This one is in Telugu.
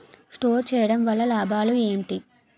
స్టోర్ చేయడం వల్ల లాభాలు ఏంటి?